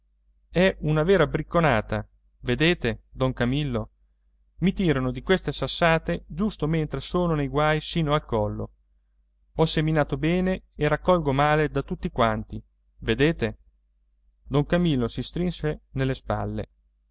è una vera bricconata vedete don amillo i tirano di queste sassate giusto mentre sono nei guai sino al collo ho seminato bene e raccolgo male da tutti quanti vedete don camillo si strinse nelle spalle